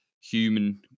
human